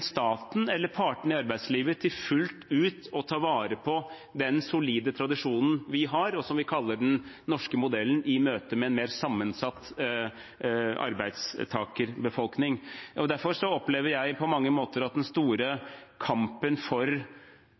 staten eller partene i arbeidslivet, til fullt ut å ta vare på den solide tradisjonen vi har, og som vi kaller den norske modellen, i møte med en mer sammensatt arbeidstakerbefolkning. Derfor opplever jeg på mange måter at den store kampen for